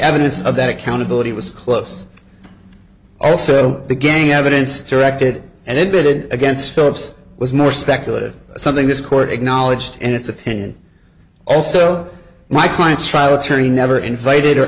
evidence of that accountability was close also the gang evidence to reacted and admitted against phillips was more speculative something this court acknowledged in its opinion also my client's trial attorney never invited or